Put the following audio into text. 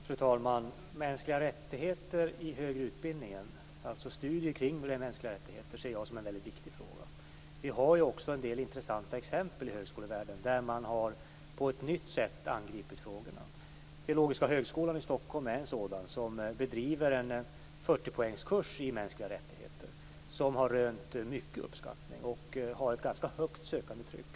Fru talman! Studier kring mänskliga rättigheter i den högre utbildningen ser jag som en mycket viktig fråga. Vi har också en del intressanta exempel i högskolevärlden, där man på ett nytt sätt har angripit frågorna. Teologiska högskolan i Stockholm är ett exempel. Man bedriver en 40-poängskurs i ämnet Mänskliga rättigheter som har rönt stor uppskattning och som har ett ganska högt sökandetryck.